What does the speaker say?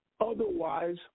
otherwise